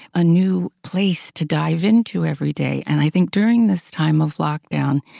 a new place to dive into every day. and i think during this time of lockdown,